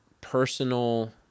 personal